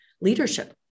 leadership